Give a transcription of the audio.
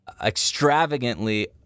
extravagantly